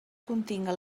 continga